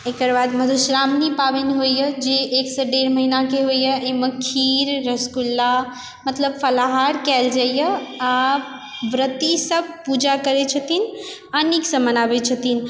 एकरबाद मधुश्रावणी पाबनि होइए जे एकसँ डेढ़ महिनाके होइए अइमे खीर रसगुल्ला मतलब फलाहार कयल जाइए आओर व्रति सब पूजा करय छथिन आओर नीकसँ मनाबय छथिन